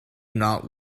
not